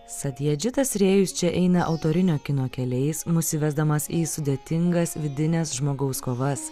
sadiedžitas rėjus čia eina autorinio kino keliais mus įvesdamas į sudėtingas vidines žmogaus kovas